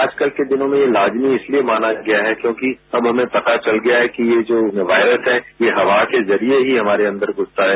आजकल के दिनों में यह लाजमी यह माना गया है क्योंकि अब हमें पता चल गया है कि जो वायरस है यह हवा के जरिये ही हमारे अंदर घुसता है